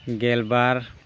ᱜᱮᱞᱵᱟᱨ